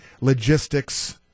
logistics